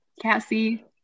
Cassie